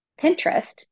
Pinterest